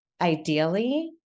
ideally